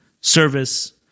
service